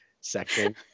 section